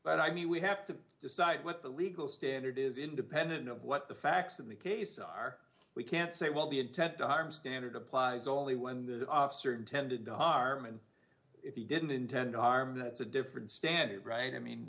but i mean we have to decide what the legal standard is independent of what the facts of the case are we can say well the intent to harm standard applies only when there's a certain tended harm and if you didn't intend to harm the different standard right i mean